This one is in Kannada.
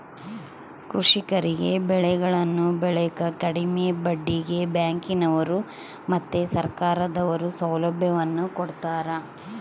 ಕೃಷಿಕರಿಗೆ ಬೆಳೆಗಳನ್ನು ಬೆಳೆಕ ಕಡಿಮೆ ಬಡ್ಡಿಗೆ ಬ್ಯಾಂಕಿನವರು ಮತ್ತೆ ಸರ್ಕಾರದವರು ಸೌಲಭ್ಯವನ್ನು ಕೊಡ್ತಾರ